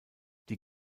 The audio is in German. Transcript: die